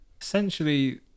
essentially